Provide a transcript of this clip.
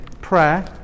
prayer